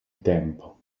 tempo